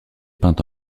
peinte